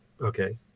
okay